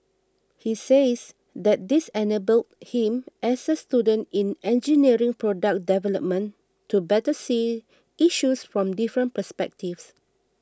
he says that this enabled him as a student in engineering product development to better see issues from different perspectives